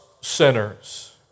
sinners